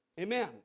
Amen